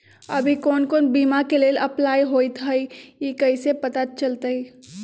अभी कौन कौन बीमा के लेल अपलाइ होईत हई ई कईसे पता चलतई?